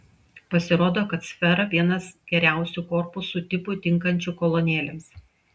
pasirodo kad sfera vienas geriausių korpusų tipų tinkančių kolonėlėms